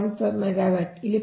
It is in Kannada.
5 ಮೆಗಾವ್ಯಾಟ್ ಇಲ್ಲಿ 0